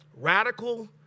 Radical